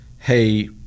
hey